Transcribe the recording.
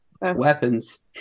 Weapons